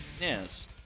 Yes